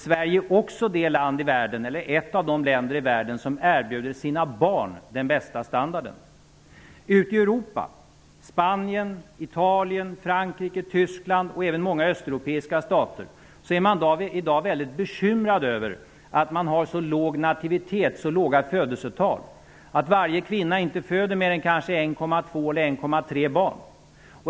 Sverige är också ett av de länder i världen som erbjuder sina barn den bästa standarden. Tyskland och många östeuropeiska stater -- är man i dag bekymrad över att nativiteten, födelsetalen, är så låg. Man är bekymrad över att varje kvinna kanske inte föder mer än 1,3 barn.